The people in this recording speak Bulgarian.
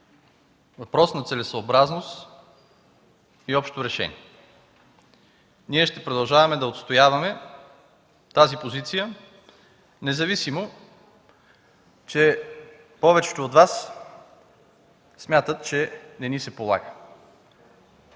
Въпрос на целесъобразност и общо решение. Ние ще продължаваме да отстояваме тази позиция, независимо че повечето от Вас смятат, че не ни се полага.